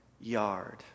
yard